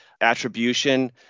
attribution